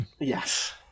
Yes